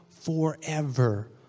forever